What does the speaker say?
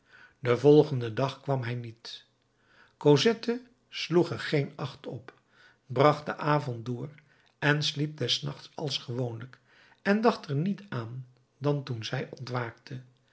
den volgenden dag kwam hij niet cosette sloeg er geen acht op bracht den avond door en sliep des nachts als gewoonlijk en dacht er niet aan dan toen zij ontwaakte